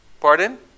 Pardon